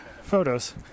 photos